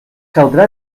caldrà